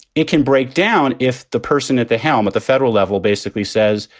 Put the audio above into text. it can break down if the person at the helm at the federal level basically says,